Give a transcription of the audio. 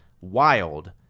wild